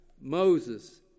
Moses